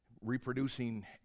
reproducing